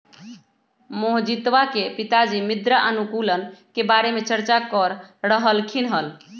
मोहजीतवा के पिताजी मृदा अनुकूलक के बारे में चर्चा कर रहल खिन हल